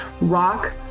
rock